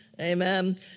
Amen